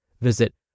Visit